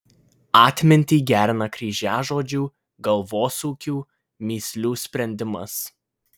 atmintį gerina kryžiažodžių galvosūkių mįslių sprendimas